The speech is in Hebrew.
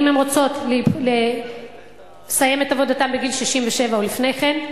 אם הן רוצות לסיים את עבודתן בגיל 67 או לפני כן.